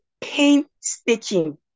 Painstaking